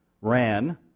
ran